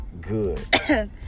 good